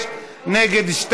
בעד, 36, נגד, שניים,